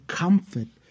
comfort